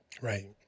Right